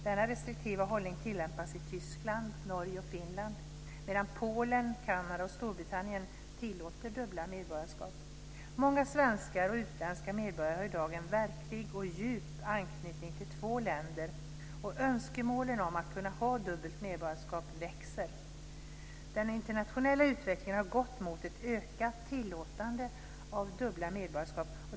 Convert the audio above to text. Denna restriktiva hållning tillämpas i Tyskland, Norge och Finland medan Polen, Kanada och Storbritannien tillåter dubbla medborgarskap. Många svenskar och utländska medborgare har i dag en verklig och djup anknytning till två länder, och önskemålen om att kunna ha dubbelt medborgarskap växer. Den internationella utvecklingen har gått mot ett ökat tillåtande av dubbla medborgarskap.